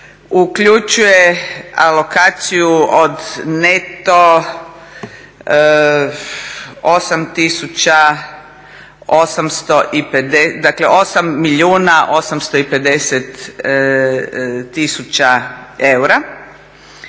uključuje alokaciju od neto 8 milijuna